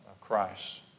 Christ